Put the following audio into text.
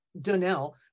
Donnell